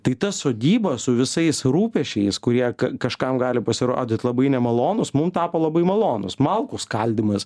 tai ta sodyba su visais rūpesčiais kurie kažkam gali pasirodyt labai nemalonūs mum tapo labai malonūs malkų skaldymas